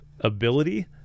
ability